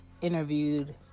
interviewed